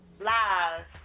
live